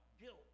guilt